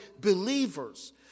believers